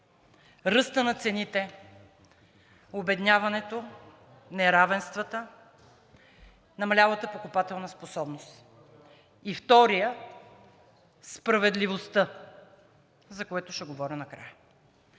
ръстът на цените, обедняването, неравенствата, намалялата покупателна способност и вторият, справедливостта, за което ще говоря накрая.